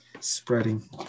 spreading